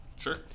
Sure